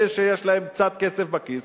אלה שיש להם קצת כסף בכיס